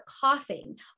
coughing